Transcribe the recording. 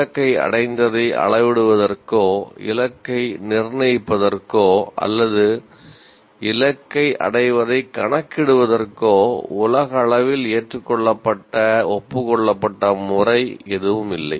இலக்கை அடைந்ததை அளவிடுவதற்கோ இலக்கை நிர்ணயிப்பதற்கோ அல்லது இலக்கை அடைவதை கணக்கிடுவதற்கோ உலகளவில் ஏற்றுக்கொள்ளப்பட்ட ஒப்புக்கொள்ளப்பட்ட முறை எதுவும் இல்லை